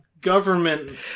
government